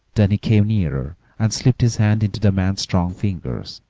then he came nearer, and slipped his hand into the man's strong fingers,